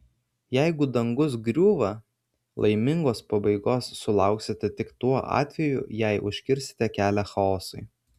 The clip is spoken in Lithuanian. jeigu dangus griūva laimingos pabaigos sulauksite tik tuo atveju jei užkirsite kelią chaosui